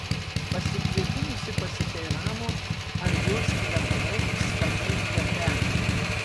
pasikvėpinusi pasiteiravo ar jos kvepalai skaniai kvepią